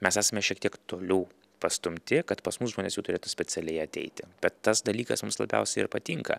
mes esame šiek tiek toliau pastumti kad pas mus žmonės jau turėtų specialiai ateiti bet tas dalykas mums labiausiai ir patinka